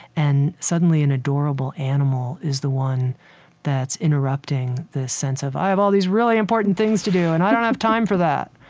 and suddenly an adorable animal is the one that's interrupting this sense of i have all these really important things to do and i don't have time for that.